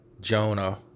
Jonah